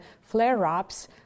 flare-ups